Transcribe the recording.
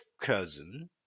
cousin